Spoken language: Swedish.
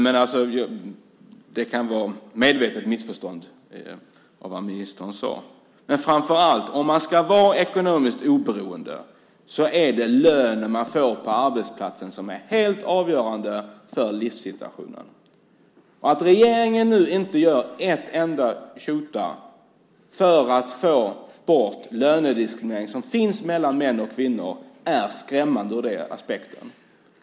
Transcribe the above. Men det kan vara ett medvetet missförstånd av vad ministern sade. Men framför allt: Om man ska vara ekonomiskt oberoende är det lönen man får på arbetsplatsen som är helt avgörande för livssituationen. Att regeringen nu inte gör ett jota för att få bort den lönediskriminering som finns i fråga om män och kvinnor är skrämmande ur den aspekten.